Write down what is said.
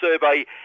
survey